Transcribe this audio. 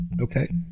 okay